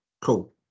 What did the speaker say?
cool